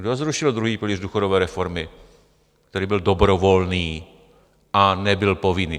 Kdo zrušil druhý pilíř důchodové reformy, který byl dobrovolný a nebyl povinný?